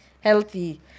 healthy